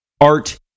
art